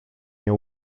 nie